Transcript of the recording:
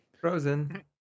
Frozen